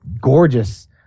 gorgeous